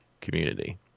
community